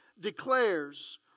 declares